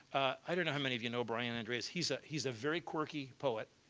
i don't know how many of you know brian andreas. he's ah he's a very quirky poet,